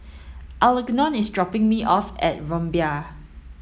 Algernon is dropping me off at Rumbia